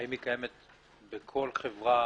האם היא קיימת בכל חברה,